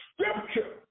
Scripture